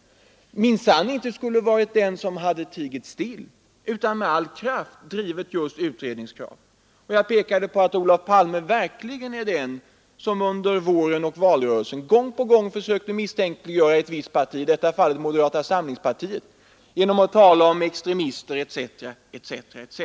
— minsann inte skulle ha varit den som tigit still utan med all kraft drivit just utredningskravet. Jag pekade på att Olof Palme är den som under våren och valrörelsen gång på gång försökte misstänkliggöra ett visst parti, moderata samlingspartiet, genom att tala om extremister etc. etc.